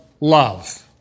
love